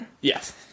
Yes